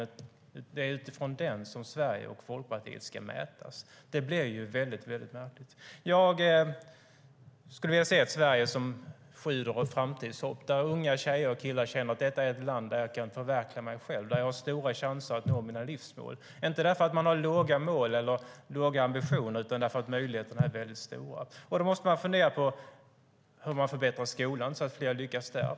Det är utifrån den som Sverige och Folkpartiet ska mätas. Det blir väldigt märkligt. Jag skulle vilja se ett Sverige som sjuder av framtidshopp, där unga tjejer och killar känner att det är ett land där de kan förverkliga sig själva och har stora chanser att nå sina livsmål, inte därför att de har låga mål eller låga ambitioner utan därför att möjligheterna är väldigt stora. Då måste man fundera på hur man kan förbättra skolan, så att fler lyckas där.